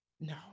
No